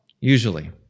usually